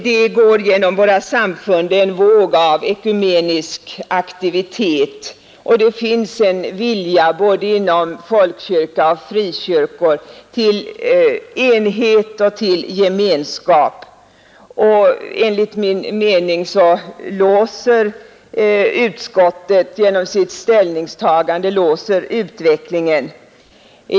Det går genom våra samfund en våg av ekumenisk aktivitet, och det finns en vilja både inom folkkyrkan och frikyrkan till enhet och till gemenskap. Enligt min uppfattning låser utskottet genom sitt ställningstagande utvecklingen.